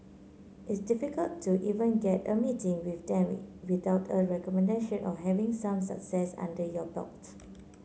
it's difficult to even get a meeting with them without a recommendation or having some success under your belt